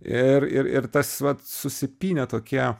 ir ir ir tas vat susipynę tokie